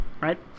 right